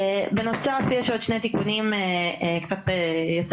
בנוסף יש עוד שני תיקונים קצת יותר